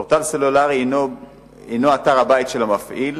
פורטל סלולרי הינו אתר הבית של המפעיל,